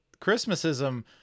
Christmasism